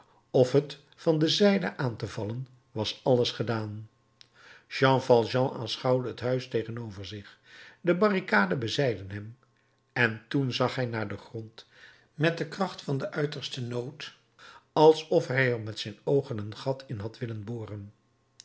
of het van de zijde aan te vallen was alles gedaan jean valjean aanschouwde het huis tegenover zich de barricade bezijden hem en toen zag hij naar den grond met de kracht van den uitersten nood alsof hij er met zijn oogen een gat in had willen boren